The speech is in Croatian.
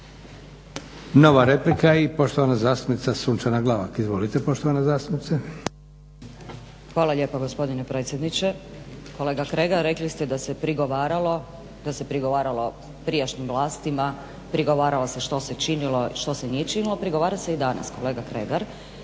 Nova replika i poštovan zastupnica Sunčana Glavak. Izvolite poštovana zastupnice. **Glavak, Sunčana (HDZ)** Hvala lijepa gospodine predsjedniče. Kolega Kregar, rekli ste da se prigovaralo, da se prigovaralo prijašnjim vlastima, prigovaralo se što se činilo i što se nije činilo, prigovara se i danas. Kolega Kregar